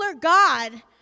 God